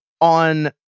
on